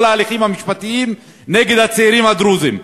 ההליכים המשפטיים נגד הצעירים הדרוזים.